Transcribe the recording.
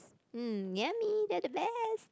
mm yummy they're the best